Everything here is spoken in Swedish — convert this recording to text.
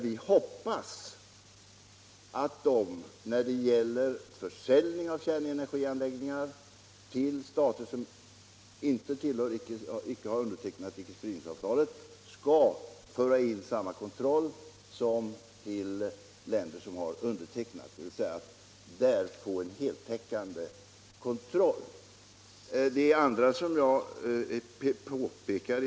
Vi hoppas att de, när det gäller försäljning av kärnenergianläggningar till stater som inte har undertecknat icke-spridningsavtalet, skall föra in samma kontroll som i fråga om länder som har undertecknat det, dvs. att man på det området skall få en heltäckande kontroll.